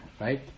right